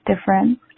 different